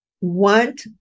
want